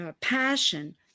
passion